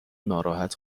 ناراحت